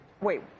Wait